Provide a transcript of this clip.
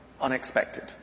unexpected